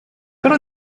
però